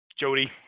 Jody